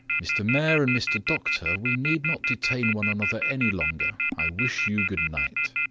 mr. mayor and mr. doctor, we need not detain one another any longer. i wish you good-night.